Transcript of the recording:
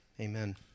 Amen